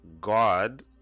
God